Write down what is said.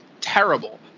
terrible